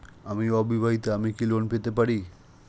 আমি অবিবাহিতা আমি কি লোন পেতে পারি?